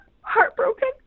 heartbroken